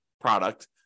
product